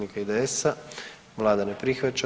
IDS, Vlada ne prihvaća.